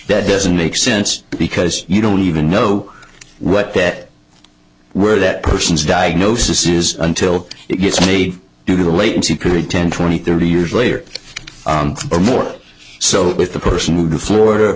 that doesn't make sense because you don't even know what that where that person's diagnosis is until it gets made due to the latency period ten twenty thirty years later or more so with the person who florida